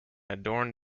adorned